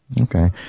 okay